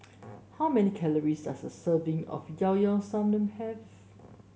how many calories does a serving of Llao Llao Sanum have